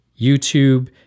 YouTube